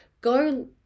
go